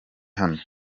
hano